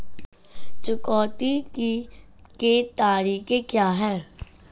चुकौती के तरीके क्या हैं?